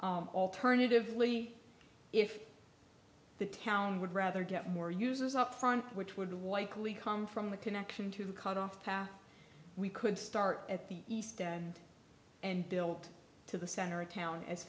alternatively if the town would rather get more users up front which would likely come from the connection to cut off path we could start at the east end and built to the center of town as